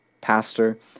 Pastor